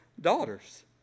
daughters